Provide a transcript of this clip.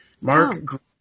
Mark